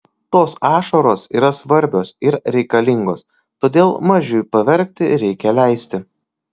tos ašaros yra svarbios ir reikalingos todėl mažiui paverkti reikia leisti